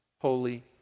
holy